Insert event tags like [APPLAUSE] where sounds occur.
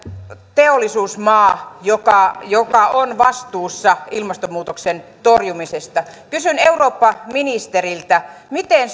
teollisuusmaa joka joka on vastuussa ilmastonmuutoksen torjumisesta kysyn eurooppaministeriltä miten [UNINTELLIGIBLE]